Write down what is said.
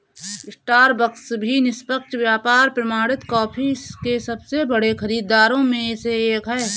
Starbucks भी निष्पक्ष व्यापार प्रमाणित कॉफी के सबसे बड़े खरीदारों में से एक है